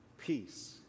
peace